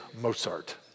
Mozart